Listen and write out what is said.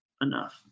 enough